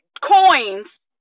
coins